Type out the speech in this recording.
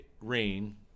rain